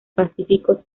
pacífico